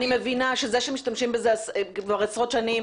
אני מבינה שזה שמשתמשים בזה כבר עשרות שנים,